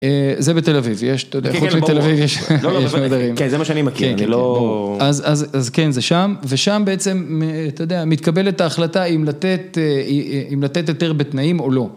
זה בתל אביב, יש, אתה יודע, חוץ מתל אביב זה שני דברים. כן, זה מה שאני מכיר, אני לא... אז כן, זה שם, ושם בעצם, אתה יודע, מתקבלת ההחלטה אם לתת, אם לתת יותר בתנאים או לא.